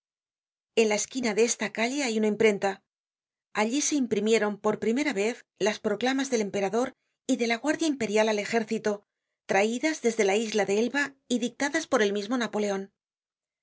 en la esquina de esta calle hay una imprenta allí se imprimieron por primera vez las proclamas del emperador y de la guardia imperial al ejército traidas de la isla de elba y dictadas por el mismo napoleon